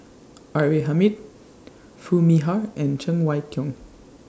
R A Hamid Foo Mee Har and Cheng Wai Keung